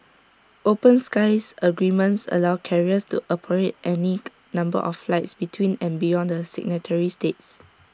open skies agreements allow carriers to operate any number of flights between and beyond the signatory states